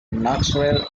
knoxville